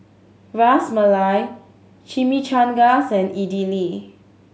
Ras Malai Chimichangas and Idili